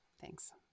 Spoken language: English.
Thanks